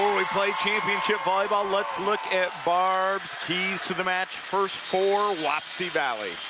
play championship volleyball! let's look at barb's keys to the march first four, wapsie valley.